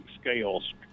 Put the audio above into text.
scales